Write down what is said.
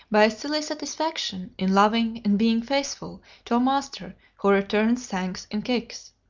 by a silly satisfaction in loving and being faithful to a master who returns thanks in kicks.